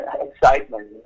excitement